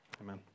amen